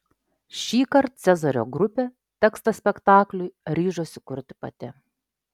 šįkart cezario grupė tekstą spektakliui ryžosi kurti pati